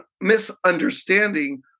misunderstanding